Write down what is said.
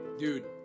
Dude